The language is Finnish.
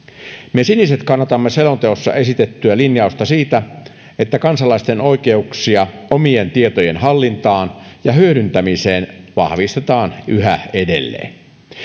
me siniset kannatamme selonteossa esitettyä linjausta siitä että kansalaisten oikeuksia omien tietojen hallintaan ja hyödyntämiseen vahvistetaan yhä edelleen